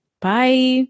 Bye